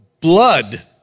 blood